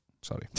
Sorry